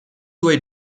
due